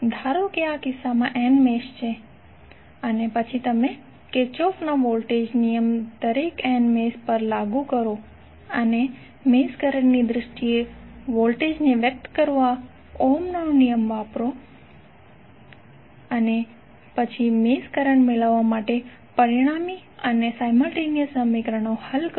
ધારો કે આ કિસ્સામાં n મેશ છે અને પછી તમે કિર્ચોફનો વોલ્ટેજ નિયમ દરેક n મેશ પર લાગુ કરો અને મેશ કરંટની દ્રષ્ટિએ વોલ્ટેજને વ્યક્ત કરવા ઓહ્મનો નિયમ વાપરો અને પછી મેશ કરંટ મેળવવા માટે પરિણામી અને સાઇમલટેનિઅસ સમીકરણો હલ કરો